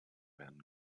werden